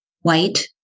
white